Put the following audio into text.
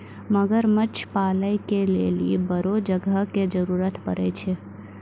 मगरमच्छ पालै के लेली बड़ो जगह के जरुरत पड़ै छै